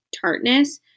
tartness